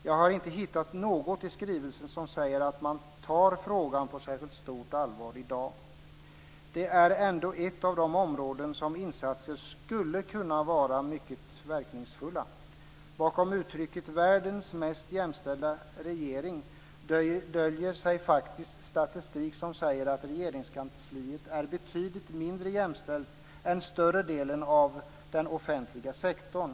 Jag har inte hittat något i skrivelsen som säger att man tar frågan på särskilt stort allvar i dag. Det är ändå ett av de områden där insatser skulle kunna vara mycket verkningsfulla. Bakom uttrycket världens mest jämställda regering döljer sig faktiskt statistik som säger att Regeringskansliet är betydligt mindre jämställt än större delen av den offentliga sektorn.